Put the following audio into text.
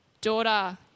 Daughter